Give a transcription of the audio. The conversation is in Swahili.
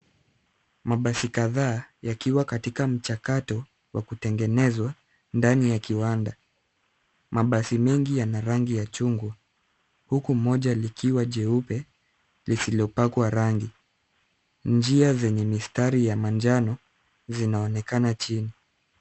Mabasi kadhaa yaiwa katika mchakato wa kutengenezwa ndani ya kiwanda. Mabasi mengi yana rangi ya chungwa, huku moja likiwa jeupe lisilopakwa rangi. Njia zenye mistari ya manjano zinaonekana chini.